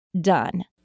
done